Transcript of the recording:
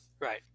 Right